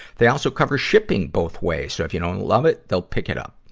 they also cover shipping both ways, so if you don't love it, they'll pick it up.